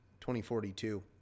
2042